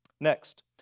Next